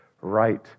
right